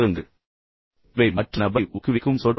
எனவே இவை மற்ற நபரை ஊக்குவிக்கும் சொற்றொடர்கள்